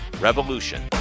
revolution